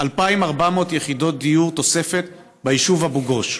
תוספת של 2,400 יחידות דיור ביישוב אבו גוש.